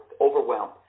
overwhelmed